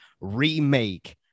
remake